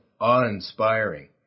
awe-inspiring